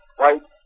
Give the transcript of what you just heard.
white